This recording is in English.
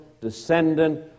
descendant